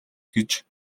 гэж